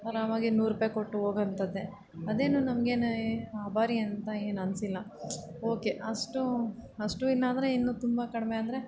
ಆರಾಮಾಗಿ ನೂರು ರೂಪಾಯಿ ಕೊಟ್ಟು ಹೊಗೋಂಥದ್ದೆ ಅದೇನು ನಮಗೇನು ಆಭಾರಿ ಅಂತ ಏನು ಅನ್ನಿಸ್ಲಿಲ್ಲ ಓಕೆ ಅಷ್ಟು ಅಷ್ಟು ಇನ್ನು ತುಂಬ ಕಡಿಮೆ ಅಂದರೆ